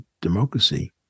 democracy